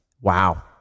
Wow